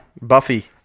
Buffy